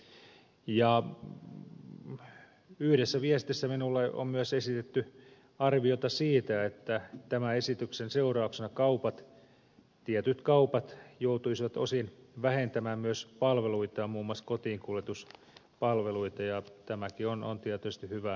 ja yhdessä viestissä minulle on myös esitetty arviota siitä että tämän esityksen seurauksena kaupat tietyt kaupat joutuisivat osin vähentämään myös palveluitaan muun muassa kotiinkuljetuspalveluita ja tämäkin on tietysti hyvä selvittää